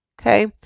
Okay